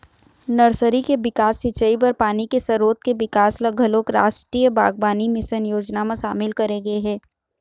nursery के बिकास, सिंचई बर पानी के सरोत के बिकास ल घलोक रास्टीय बागबानी मिसन योजना म सामिल करे गे हे